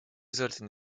sollten